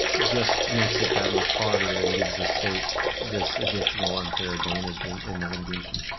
just makes it that much harder and gives the state this additional unfair advantage in in the litigation.